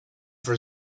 for